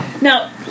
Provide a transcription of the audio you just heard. Now